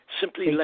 Simply